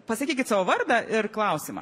pasakykit savo vardą ir klausimą